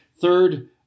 Third